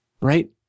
Right